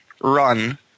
Run